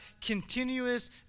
continuous